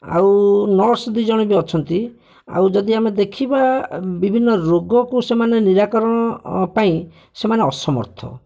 ଆଉ ନର୍ସ ଦୁଇ ଜଣ ବି ଅଛନ୍ତି ଆଉ ଯଦି ଆମେ ଦେଖିବା ବିଭିନ୍ନ ରୋଗକୁ ସେମାନେ ନିରାକରଣ ପାଇଁ ସେମାନେ ଅସମର୍ଥ